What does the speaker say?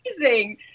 amazing